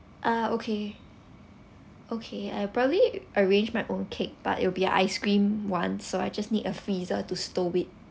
ah okay okay I probably arrange my own cake but it will be ice cream one so I just need a freezer to store it